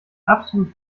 absolut